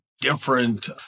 different